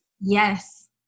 Yes